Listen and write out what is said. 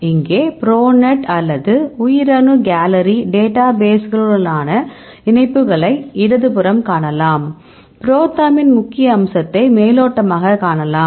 இங்கே ப்ரோநெட் அல்லது உயிர் அணு கேலரி டேட்டாபேஸ்களுடனான இணைப்புகளை இடது புறம் காணலாம் புரோதெர்மின் முக்கிய அம்சத்தை மேலோட்டமாக காணலாம்